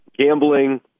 gambling